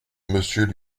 monsieur